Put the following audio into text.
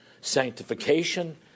sanctification